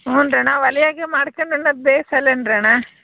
ಹ್ಞೂನಣ್ಣ ಒಲೆಯಾಗೆ ಮಾಡ್ಕಂಡು ಉಣ್ಣಾದು ಭೇಷ್ ಅಲ್ವೇನಣ್ಣ